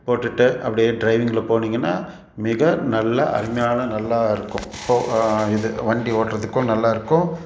போட்டுவிட்டு அப்படியே ட்ரைவிங்கில் போனிங்கன்னால் மிக நல்லா அருமையான நல்லா இருக்கும் போகலாம் இது வண்டி ஓட்டுறதுக்கும் நல்லா இருக்கும்